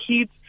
kids